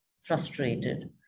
frustrated